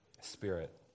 spirit